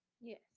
Yes